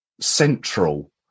central